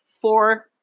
four